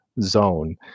zone